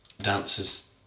dancers